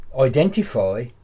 Identify